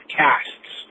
casts